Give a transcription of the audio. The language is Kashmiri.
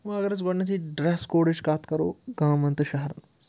وۄنۍ اگر أسۍ گۄڈٕنٮ۪تھٕے ڈرٛٮ۪س کوڈٕچ کَتھ کَرو گامَن تہٕ شہرَن منٛز